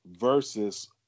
versus